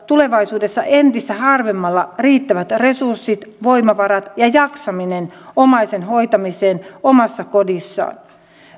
tulevaisuudessa entistä harvemmalla riittävät resurssit voimavarat ja jaksaminen omaisen hoitamiseen omassa kodissaan